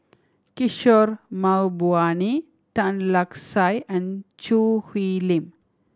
Kishore Mahbubani Tan Lark Sye and Choo Hwee Lim